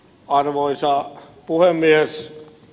arvoisa puhemies